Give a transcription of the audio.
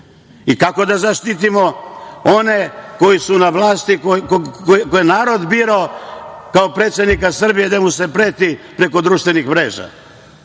da zaštitimo one koji su na vlasti, koje je narod birao kao predsednika Srbije, gde mu se preti preko društvenih mreža,